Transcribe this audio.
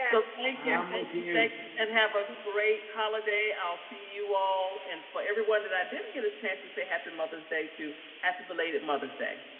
ah so thank yeah thank you you like and have a great holiday. i'll see you all. and but everyone that i didn't get a chance to say happy and mother's day to happy belated mother's day,